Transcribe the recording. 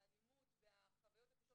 האלימות והחוויות הקשות